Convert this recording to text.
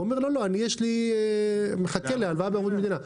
הוא אומר, לא, לא, מחכה לי הלוואה בערבות מדינה.